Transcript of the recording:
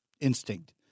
instinct